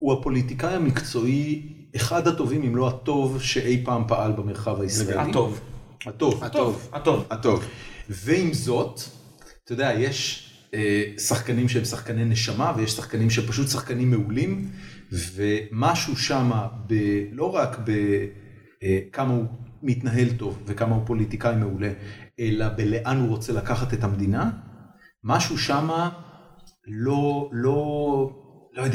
הוא הפוליטיקאי המקצועי אחד הטובים, אם לא הטוב שאי פעם פעל במרחב הישראלי. לגמרי, הטוב. הטוב, הטוב, הטוב. ועם זאת, אתה יודע, יש שחקנים שהם שחקני נשמה, ויש שחקנים שפשוט שחקנים מעולים, ומשהו שם, לא רק בכמה הוא מתנהל טוב וכמה הוא פוליטיקאי מעולה, אלא בלאן הוא רוצה לקחת את המדינה, משהו שמה לא, לא, לא יודע...